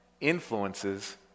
influences